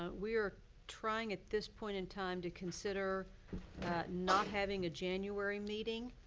um we are trying, at this point in time, to consider not having a january meeting.